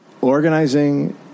organizing